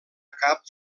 cap